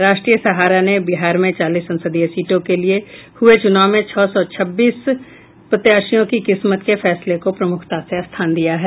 राष्ट्रीय सहारा ने बिहार में चालीस संसदीय सीटों के लिए हुए चुनाव में छह सौ छब्बीस प्रत्याशियों की किस्मत के फैसले को प्रमुखता से स्थान दिया है